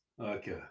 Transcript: Okay